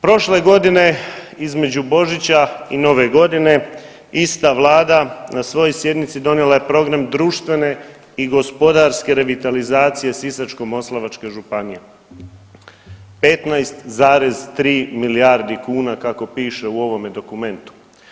Prošle godine između Božića i nove godine ista Vlada na svojoj sjednici donijela je program društvene i gospodarske revitalizacije Sisačko-moslavačke županije 15,3 milijardi kuna kako piše u ovome dokumentu.